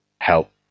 help